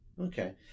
Okay